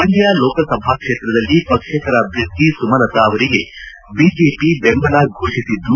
ಮಂಡ್ಯ ಲೋಕಸಭಾ ಕ್ಷೇತ್ರದಲ್ಲಿ ಪಕ್ಷೇತರ ಅಭ್ಯರ್ಥಿ ಸುಮಲತಾ ಅವರಿಗೆ ಬಿಜೆಪಿ ದೆಂಬಲ ಘೋಷಿಸಿದ್ದು